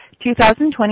2020